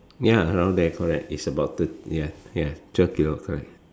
ya around there correct it's about thir~ ya ya twelve kilo correct